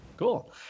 Cool